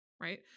right